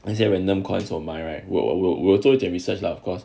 那些 random coins on my right we'll uh we'll we'll also their research lah of course